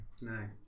no